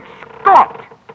Scott